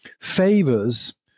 favors